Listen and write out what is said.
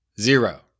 Zero